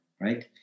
right